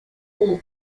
paul